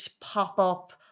pop-up